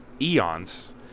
eons